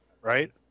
right